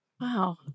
Wow